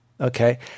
okay